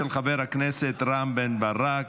של חבר הכנסת רם בן ברק,